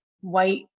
white